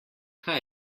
kaj